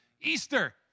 Easter